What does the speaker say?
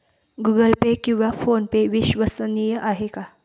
Google Pay किंवा PhonePe विश्वसनीय आहेत का?